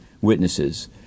witnesses